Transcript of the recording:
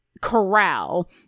corral